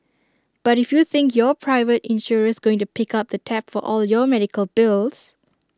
but if you think your private insurer's going to pick up the tab for all your medical bills